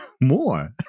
more